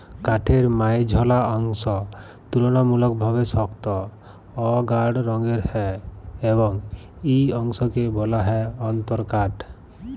কাঠের মাইঝল্যা অংশ তুললামূলকভাবে সক্ত অ গাঢ় রঙের হ্যয় এবং ই অংশকে ব্যলা হ্যয় অল্তরকাঠ